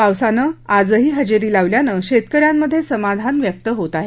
पावसानं आजही हजेरी लावल्यानं शेतक यात समाधान व्यक्त होत आहे